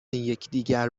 یکدیگر